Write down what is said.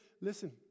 listen